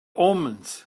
omens